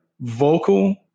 vocal